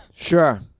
Sure